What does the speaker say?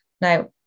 Now